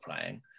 playing